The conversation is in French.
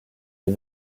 est